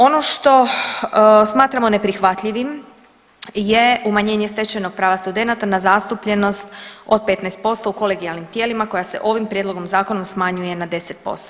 Ono što smatramo neprihvatljivim je umanjenje stečenog prava studenata na zastupljenost od 15% u kolegijalnim tijelima koja se ovim prijedlogom zakona smanjuje na 10%